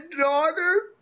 daughter